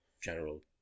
general